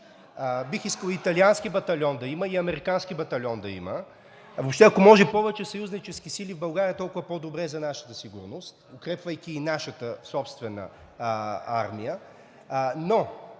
Бих искал италиански батальон да има и американски батальон да има. Въобще ако може повече съюзнически сили в България, толкова по-добре за нашата сигурност, укрепвайки и нашата собствена армия.